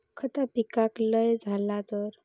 खता पिकाक लय झाला तर?